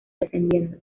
descendiendo